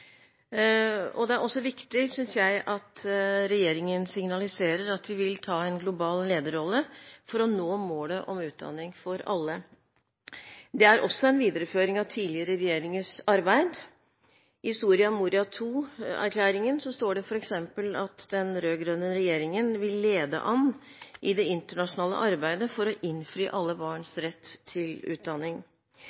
utviklingsperspektiv. Det er også viktig, synes jeg, at regjeringen signaliserer at de vil ta en global lederrolle for å nå målet om utdanning for alle. Det er også en videreføring av tidligere regjeringers arbeid. I Soria Moria II-erklæringen står det f.eks. at den rød-grønne regjeringen vil «lede an i det internasjonale arbeidet for å innfri alle barns